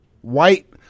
White